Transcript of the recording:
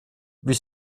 wie